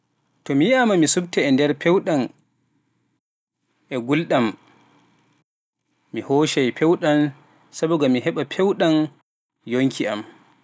To mi wi'aama mi suɓta e peewɗam e ngulɗam, mi hoocay peewɗam sabu nga mi heɓa peewɗam yonki am.